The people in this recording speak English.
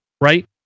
right